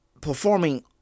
performing